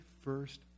first